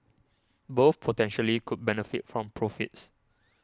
both potentially could benefit from profits